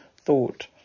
thought